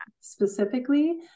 specifically